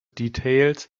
details